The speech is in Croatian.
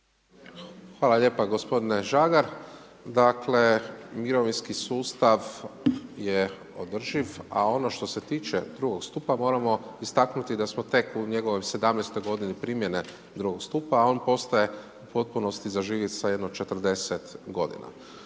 Hvala lijepa gospodine Žagar. Dakle mirovinski sustav je održiv, a ono što se tiče drugog stupa moramo istaknuti da smo tek u njegovoj 17. godini primjene drugog stupa, a on postaje u potpunosti zaživjet sa jedno 40 godina.